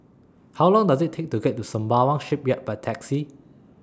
How Long Does IT Take to get to Sembawang Shipyard By Taxi